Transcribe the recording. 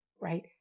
right